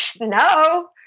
no